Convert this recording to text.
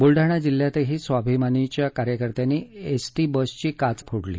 बुलडाणा जिल्ह्यातही स्वाभिमानींच्या कार्यकर्त्यांनी एसटी बसची काच फोडली